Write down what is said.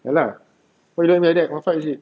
ya lah why you look at me like that want fight is it